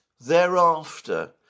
thereafter